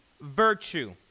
virtue